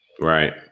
right